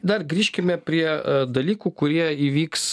dar grįžkime prie dalykų kurie įvyks